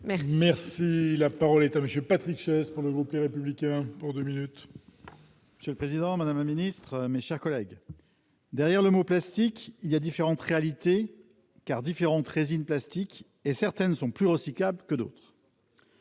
Merci, la parole est à monsieur Patrick chaise pour le groupe, les républicains pour 2 minutes. C'est le président Madame la ministre, mes chers collègues, derrière le mot plastique, il y a différentes réalités car différentes résines plastiques et certaines sont plus recyclables que d'autres.